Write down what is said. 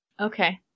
Okay